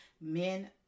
men